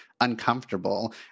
uncomfortable